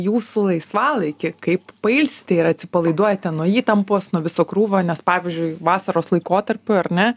jūsų laisvalaikį kaip pailsite ir atsipalaiduojate nuo įtampos nuo viso krūvio nes pavyzdžiui vasaros laikotarpiu ar ne